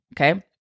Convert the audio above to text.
Okay